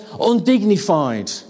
undignified